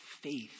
faith